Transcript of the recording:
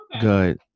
Good